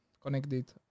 connected